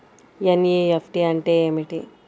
NEFT అంటే ఏమిటి?